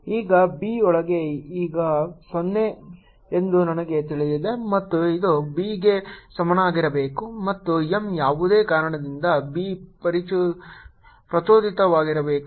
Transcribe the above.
ಈಗ B ಒಳಗೆ ಈಗ 0 ಎಂದು ನನಗೆ ತಿಳಿದಿದೆ ಮತ್ತು ಇದು B ಗೆ ಸಮನಾಗಿರಬೇಕು ಮತ್ತು M ಯಾವುದೇ ಕಾರಣದಿಂದ B ಪ್ರಚೋದಿತವಾಗಿರಬೇಕು